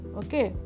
okay